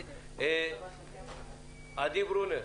עדי ברונר.